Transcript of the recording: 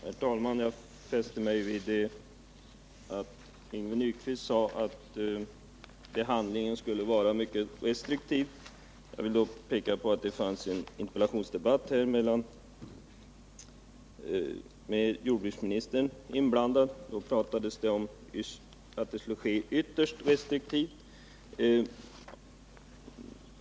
Herr talman! Yngve Nyquist sade att användningen skulle vara mycket restriktiv. Jag vill peka på att det vid en interpellationsdebatt, där jordbruksministern var inblandad, talades om att undantag skulle göras ”ytterst restriktivt”.